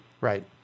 Right